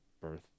birth